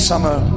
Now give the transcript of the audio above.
Summer